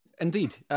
Indeed